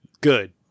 good